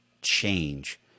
change